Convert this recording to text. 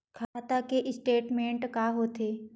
खाता के स्टेटमेंट का होथे?